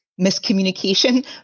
miscommunication